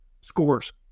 Scores